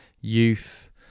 youth